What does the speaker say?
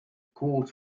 courts